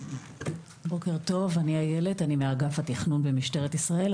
בוקר טוב, אני איילת, מאגף התכנון במשטרת ישראל.